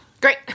Great